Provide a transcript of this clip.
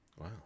Wow